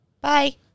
Bye